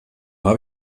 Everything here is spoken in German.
habe